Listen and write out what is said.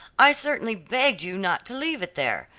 i certainly begged you not to leave it there.